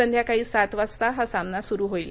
संध्याकाळी सात वाजता हा सामना सुरू होईल